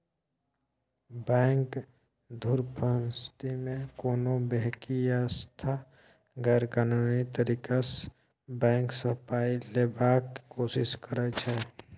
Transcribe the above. bank धुरफंदीमे कोनो बेकती या सँस्था गैरकानूनी तरीकासँ बैंक सँ पाइ लेबाक कोशिश करै छै